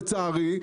לצערי,